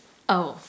oh